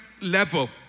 level